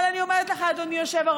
אבל אני אומרת לך, אדוני היושב-ראש,